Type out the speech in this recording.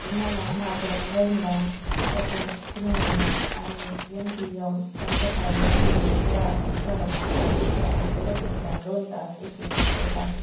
तुम्हाला माझ्या वॉइन्ला सफेद किनोआ आणि यम पी यम पंचकाव्य अंडी या उत्पादनांचे वितरण वेळेपेक्षा दोन तास उशीर होतो आहे